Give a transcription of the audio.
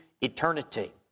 eternity